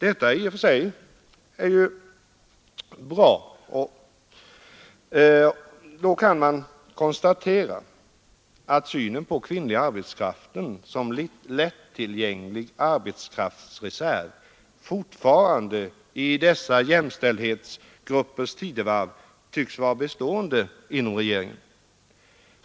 Det är i och för sig bra. Men då kan man konstatera att synen på den kvinnliga arbetskraften som en lättillgänglig arbetskraftsreserv fortfarande, i detta jämställdhetens tidevarv, tycks bestå inom regeringen.